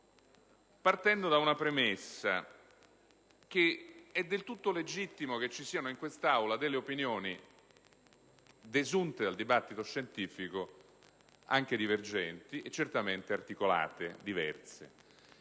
partendo dalla premessa che è del tutto legittimo che ci siano in quest'Aula opinioni, desunte dal dibattito scientifico, anche divergenti, certamente articolate e diverse,